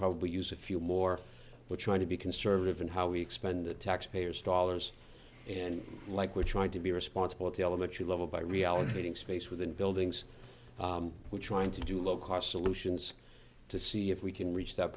probably use a few more but trying to be conservative in how we expend the taxpayers dollars and like we're trying to be responsible at the elementary level by reallocating space within buildings we're trying to do low cost solutions to see if we can reach that